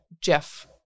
Jeff